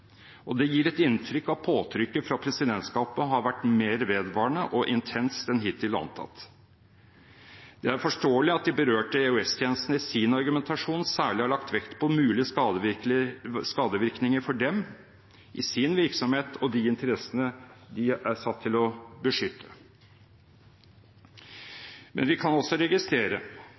innsiktsfullt. Det gir et inntrykk av at påtrykket fra presidentskapet har vært mer vedvarende og intenst enn hittil antatt. Det er forståelig at de berørte EOS-tjenestene i sin argumentasjon særlig har lagt vekt på mulige skadevirkninger for dem i deres virksomhet, og de interessene de er satt til å beskytte. Men vi kan også registrere